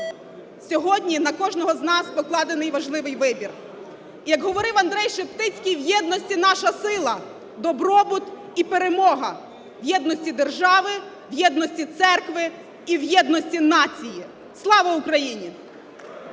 Сьогодні на кожного з нас покладений важливий вибір. Як говорив Андрей Шептицький, в єдності наша сила, добробут і перемога, в єдності держави, в єдності церкви і в єдності нації. Слава Україні!